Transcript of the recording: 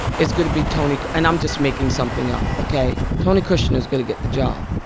it's going to be tony. and i'm just making something up, ok? tony kushner is going to get the job.